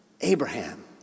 Abraham